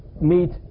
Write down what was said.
meet